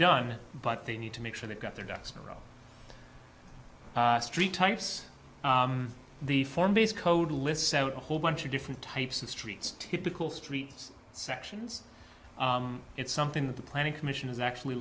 done but they need to make sure they've got their ducks in a row street types the form base code lists out a whole bunch of different types of streets typical streets sections it's something that the planning commission is actually